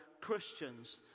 Christians